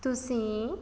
ਤੁਸੀਂ